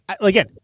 again